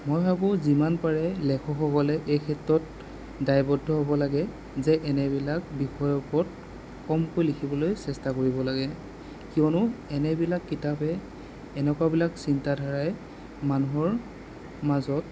মই ভাবোঁ যিমান পাৰে লেখকসকলে এইক্ষেত্ৰত দায়বদ্ধ হ'ব লাগে যে এনেবিলাক বিষয়ৰ ওপৰত কমকৈ লিখিবলৈ চেষ্টা কৰিব লাগে কিয়নো এনেবিলাক কিতাপে এনেকুৱাবিলাক চিন্তাধাৰাই মানুহৰ মাজত